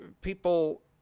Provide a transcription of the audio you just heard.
people